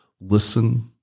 listen